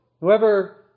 whoever